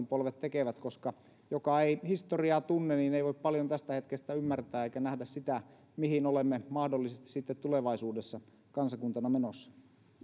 polvet tekevät koska joka ei historiaa tunne ei voi paljon tästä hetkestä ymmärtää eikä nähdä sitä mihin olemme mahdollisesti sitten tulevaisuudessa kansakuntana menossa